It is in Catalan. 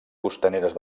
costaneres